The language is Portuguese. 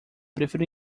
prefiro